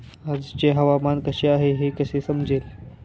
आजचे हवामान कसे आहे हे कसे समजेल?